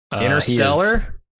Interstellar